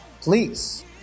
Please